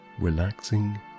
relaxing